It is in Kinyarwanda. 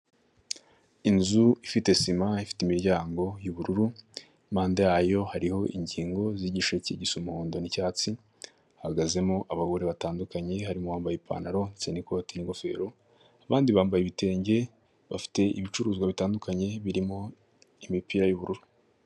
Inzu ifite sima ifite imiryango y'ubururu, impanda yayo hariho ingingo z'igisheke gisa umuhondo n'icyatsi, hahagazemo abagore batandukanye harimo uwambaye ipantaro, ndetse n'ikoti, n'ingofero, abandi bambaye ibitenge bafite ibicuruzwa bitandukanye birimo imipira y'ubururu.